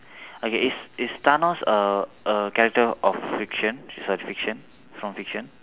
okay is is thanos a a character of fiction sorry fiction from fiction